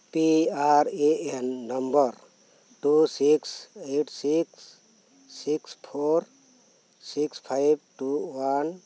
ᱯᱮ R N number two six eight six six four six five two one